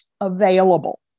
available